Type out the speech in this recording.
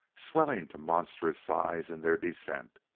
swelling to monstrous size in their descent.